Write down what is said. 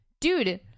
dude